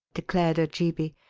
declared ojeebi.